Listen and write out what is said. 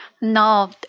No